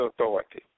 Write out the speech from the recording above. authority